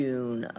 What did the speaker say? June